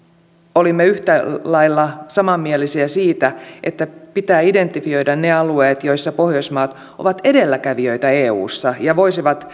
olimme yhtä lailla samanmielisiä siitä että pitää identifoida ne alueet joissa pohjoismaat ovat edelläkävijöitä eussa ja voisivat